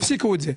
הפסיקו את זה.